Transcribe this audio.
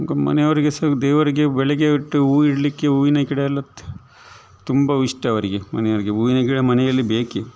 ಈಗ ಮನೆಯವರಿಗೆ ಸಹ ದೇವರಿಗೆ ಬೆಳಗ್ಗೆ ಇಟ್ಟು ಹೂ ಇಡಲಿಕ್ಕೆ ಹೂವಿನ ಗಿಡ ಎಲ್ಲಾ ತುಂಬಇಷ್ಟ ಅವರಿಗೆ ಮನೆಯವರಿಗೆ ಹೂವಿನ ಗಿಡ ಮನೆಯಲ್ಲಿ ಬೇಕೇ